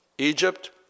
Egypt